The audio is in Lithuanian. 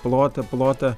plotą plotą